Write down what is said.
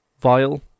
Vile